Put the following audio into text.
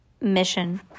mission